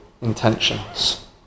intentions